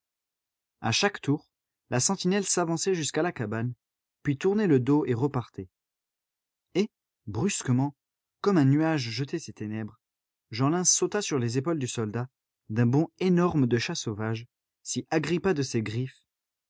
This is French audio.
a chaque tour la sentinelle s'avançait jusqu'à la cabane puis tournait le dos et repartait et brusquement comme un nuage jetait ses ténèbres jeanlin sauta sur les épaules du soldat d'un bond énorme de chat sauvage s'y agrippa de ses griffes